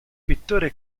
pittore